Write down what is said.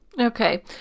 Okay